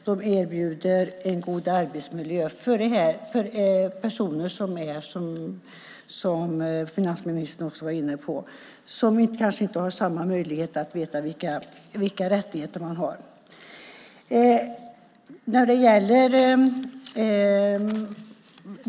De erbjuder en god arbetsmiljö för personer som kanske inte har samma möjligheter som andra att veta vilka rättigheter man har. Det var finansministern också inne på.